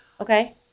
Okay